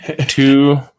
Two